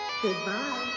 Goodbye